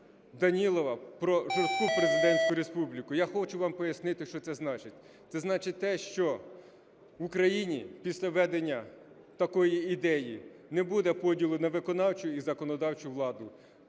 Данілова про жорстку президентську республіку. Я хочу вам пояснити, що це значить. Це значить те, що в Україні після введення такої ідеї не буде поділу на виконавчу і законодавчу владу.